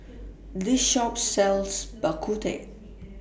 This Shop sells Bak Kut Teh